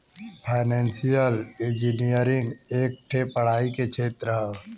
financial engineering एक ठे पढ़ाई के क्षेत्र हौ